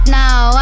now